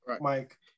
Mike